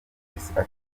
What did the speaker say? avuga